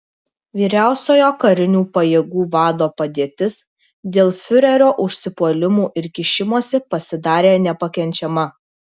vyriausiojo karinių pajėgų vado padėtis dėl fiurerio užsipuolimų ir kišimosi pasidarė nepakenčiama